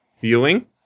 viewing